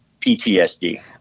PTSD